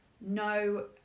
no